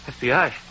FBI